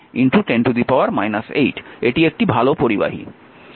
এটি একটি ভাল পরিবাহী